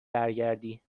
برگردی